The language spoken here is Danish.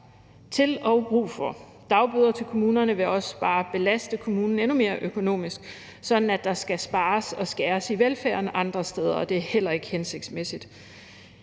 til og brug for. Dagbøder til kommunen vil også bare belaste kommunen endnu mere økonomisk, sådan at der skal spares og skæres ned i velfærden andre steder, og det er heller ikke hensigtsmæssigt.